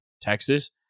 Texas